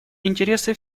интересы